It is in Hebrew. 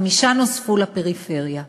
חמישה נוספו לפריפריה.